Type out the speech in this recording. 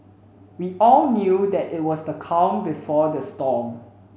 we all knew that it was the calm before the storm